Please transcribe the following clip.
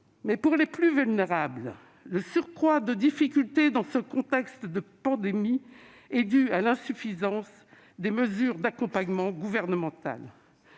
Mais, pour les plus vulnérables, le surcroît de difficultés dans ce contexte de pandémie est dû à l'insuffisance des mesures d'accompagnement gouvernementales.